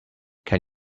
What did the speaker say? can